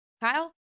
Kyle